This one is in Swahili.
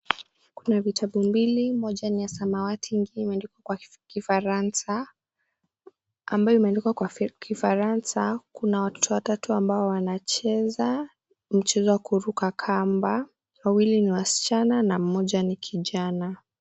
Kuna vitabu mbili moja ni ya samawati na ingine imeandikwa kwa kifaransa, ambayo imeandikwa kwa kifaransa kuna watu watatu ambao wanacheza mchezo wa kuruka kamba wawili ni wasichana na mmoja ni kijana.